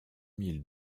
mille